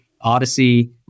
Odyssey